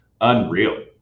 Unreal